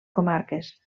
comarques